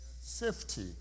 Safety